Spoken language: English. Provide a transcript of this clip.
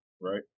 right